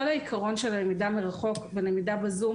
כל העיקרון של הלמידה מרחוק ולמידה בזום